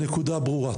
הנקודה ברורה.